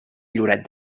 lloret